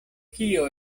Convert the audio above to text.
kio